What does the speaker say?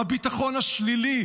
הביטחון השלילי,